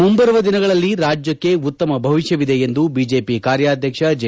ಮುಂಬರುವ ದಿನಗಳಲ್ಲಿ ರಾಜ್ಯಕ್ಷೆ ಉತ್ತಮ ಭವಿಷ್ಯವಿದೆ ಎಂದು ಬಿಜೆಪಿ ಕಾರ್ಯಾಧ್ಯಕ್ಷ ಜೆ